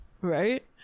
right